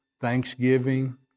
thanksgiving